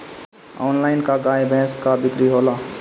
Online का गाय भैंस क बिक्री होला?